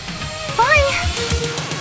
Bye